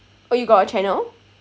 oh you got a channel